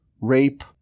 rape